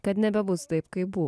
kad nebebus taip kaip buvo